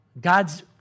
God's